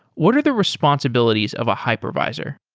what are the responsibilities of a hypervisor?